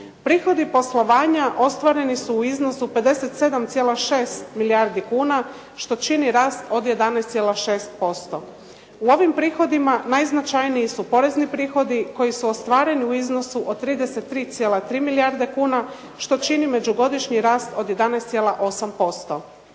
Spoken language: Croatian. Prihodi poslovanja ostvareni su u iznosu 57,6 milijardi kuna što čini rast od 11,6%. U ovim prihodima najznačajniji su porezni prihodi koji su ostvareni u iznosu od 33,3 milijarde kuna što čini međugodišnji rast od 11,8%.